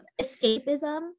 escapism